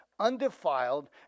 Undefiled